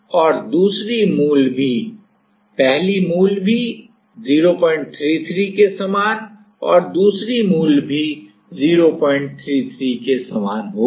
और दूसरी मूल भी आप 033 के समान और तीसरी मूल 1333 के समान होगी